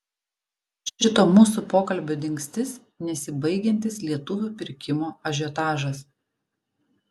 šito mūsų pokalbio dingstis nesibaigiantis lietuvių pirkimo ažiotažas